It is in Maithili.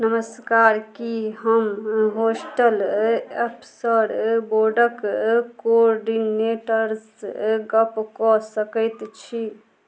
नमस्कार कि हम हॉस्टल अफसर बोर्डके कोर्डिनेटरसँ गप्प कऽ सकै छी